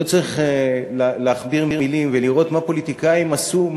לא צריך להכביר מילים ולראות מה פוליטיקאים עשו.